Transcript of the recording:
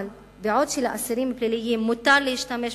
אבל בעוד שלאסירים פליליים מותר להשתמש בספרייה,